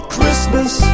Christmas